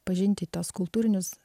pažinti tuos kultūrinius